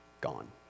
gone